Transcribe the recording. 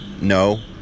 No